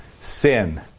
sin